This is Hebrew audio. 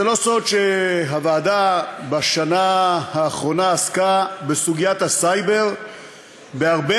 זה לא סוד שהוועדה בשנה האחרונה עסקה בסוגיית הסייבר הרבה